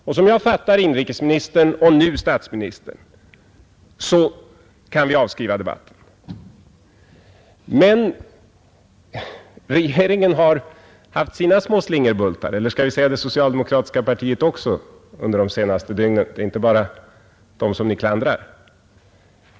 Och som jag fattar inrikesministern och nu statsministern, så kan vi avskriva debatten. Men regeringen har haft sina små slingerbultar — eller skall vi säga det socialdemokratiska partiet också — under de senaste dygnen. Det gäller inte bara dem som ni klandrar.